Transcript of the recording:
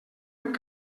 amb